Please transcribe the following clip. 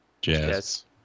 Jazz